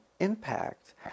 Impact